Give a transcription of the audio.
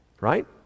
Right